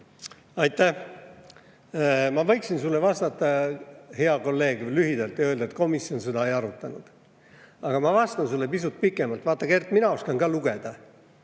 Aitäh! Ma võiksin sulle, hea kolleeg, vastata lühidalt ja öelda, et komisjon seda ei arutanud, aga ma vastan sulle pisut pikemalt. Vaata, Kert, mina oskan ka lugeda.